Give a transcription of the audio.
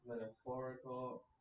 metaphorical